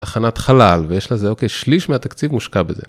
תחנת חלל ויש לזה אוקיי שליש מהתקציב מושקע בזה.